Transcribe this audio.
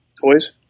toys